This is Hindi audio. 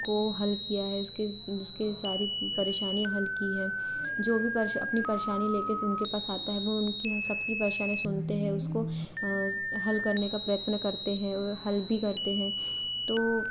को हल किया है इसके उसके सारी परेशानियाँ हल की है जो भी पर्श अपनी परेशानी ले कर उनके पास आता है वो उनकी सब की परेशानी सुनते हैं उसको हल करने का प्रयत्न करते हैं और हल भी करते हैं तो